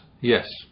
Yes